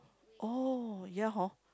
oh ya hor